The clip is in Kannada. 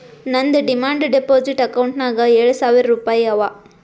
ನಂದ್ ಡಿಮಾಂಡ್ ಡೆಪೋಸಿಟ್ ಅಕೌಂಟ್ನಾಗ್ ಏಳ್ ಸಾವಿರ್ ರುಪಾಯಿ ಅವಾ